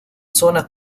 zonas